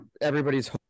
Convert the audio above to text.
everybody's